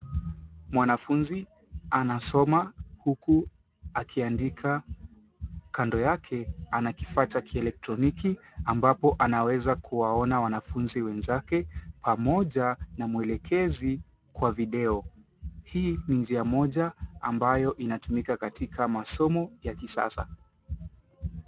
Mwanafunzi anasoma huku akiandika. Kando yake ana kifaa cha kielektroniki ambapo anaweza kuwaona wanafunzi wenzake pamoja na mwelekezi kwa video. Hii ni njia moja ambayo inatumika katika masomo ya kisasa.